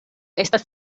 estas